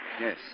yes